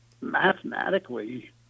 mathematically